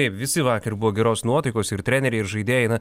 taip visi vakar buvo geros nuotaikos ir treneriai ir žaidėjai na